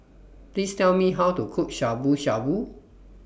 Please Tell Me How to Cook Shabu Shabu